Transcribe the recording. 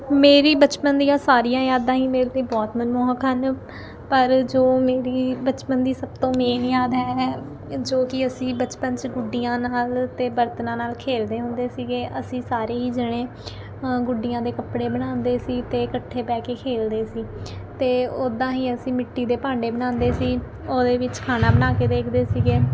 ਮੇਰੀ ਬਚਪਨ ਦੀਆਂ ਸਾਰੀਆਂ ਯਾਦਾਂ ਹੀ ਮੇਰੇ ਲਈ ਬਹੁਤ ਮਨਮੋਹਕ ਹਨ ਪਰ ਜੋ ਮੇਰੀ ਬਚਪਨ ਦੀ ਸਭ ਤੋਂ ਮੇਨ ਯਾਦ ਹੈ ਜੋ ਕਿ ਅਸੀਂ ਬਚਪਨ 'ਚ ਗੁੱਡੀਆਂ ਨਾਲ ਅਤੇ ਬਰਤਨਾਂ ਨਾਲ ਖੇਲਦੇ ਹੁੰਦੇ ਸੀਗੇ ਅਸੀਂ ਸਾਰੇ ਹੀ ਜਣੇ ਗੁੱਡੀਆਂ ਦੇ ਕੱਪੜੇ ਬਣਾਉਂਦੇ ਸੀ ਅਤੇ ਇਕੱਠੇ ਬਹਿ ਕੇ ਖੇਲਦੇ ਸੀ ਅਤੇ ਉੱਦਾਂ ਹੀ ਅਸੀਂ ਮਿੱਟੀ ਦੇ ਭਾਂਡੇ ਬਣਾਉਂਦੇ ਸੀ ਉਹਦੇ ਵਿੱਚ ਖਾਣਾ ਬਣਾ ਕੇ ਦੇਖਦੇ ਸੀਗੇ